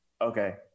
okay